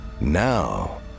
Now